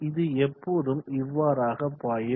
இது எப்போதும் இவ்வாறாக பாயும்